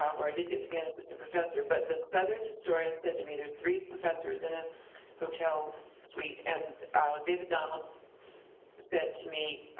um where i did get to be an assistant professor, but the southern historian said to me, there's three professors in a and hotel suite and david donald said to me,